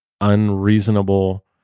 unreasonable